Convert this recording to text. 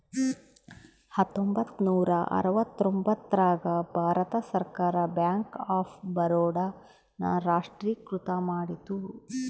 ಹತ್ತೊಂಬತ್ತ ನೂರ ಅರವತ್ತರ್ತೊಂಬತ್ತ್ ರಾಗ ಭಾರತ ಸರ್ಕಾರ ಬ್ಯಾಂಕ್ ಆಫ್ ಬರೋಡ ನ ರಾಷ್ಟ್ರೀಕೃತ ಮಾಡಿತು